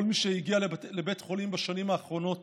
כל מי שהגיע לבית חולים בשנים האחרונות